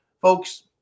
Folks